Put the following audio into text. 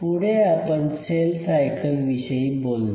पुढे आपण cell cycle विषयी बोललो